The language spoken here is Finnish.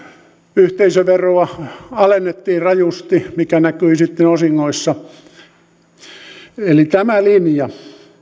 yhteisöveroa alennettiin rajusti mikä näkyi sitten osingoissa tämä linja